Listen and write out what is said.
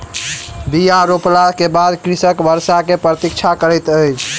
बीया रोपला के बाद कृषक वर्षा के प्रतीक्षा करैत अछि